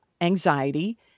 anxiety